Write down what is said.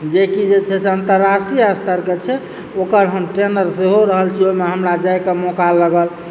जेकि जे छै से अंतर्रष्ट्रीय स्तरके छै ओकर हम ट्रेनर सेहो रहल छी ओहिमे हमरा जाए के मौका लगल